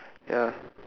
ya